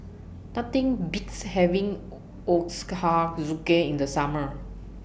Nothing Beats having Ochazuke in The Summer